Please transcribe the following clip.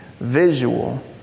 Visual